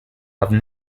have